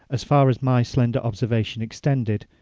as far as my slender observation extended,